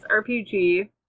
RPG